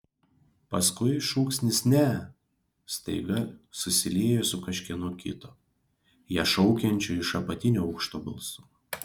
paskui šūksnis ne staiga susiliejo su kažkieno kito ją šaukiančio iš apatinio aukšto balsu